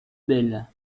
bel